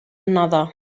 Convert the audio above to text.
another